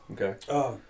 Okay